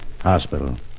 Hospital